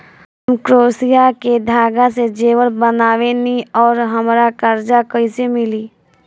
हम क्रोशिया के धागा से जेवर बनावेनी और हमरा कर्जा कइसे मिली?